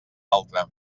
altra